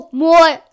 more